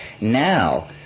now